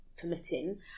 permitting